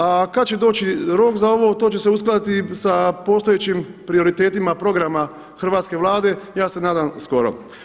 A kada će doći rok za ovo, to će se uskladiti sa postojećim prioritetima programa hrvatske Vlade, ja se nadam skoro.